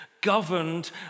governed